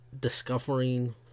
Discovering